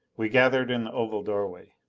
we gathered in the oval doorway.